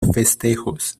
festejos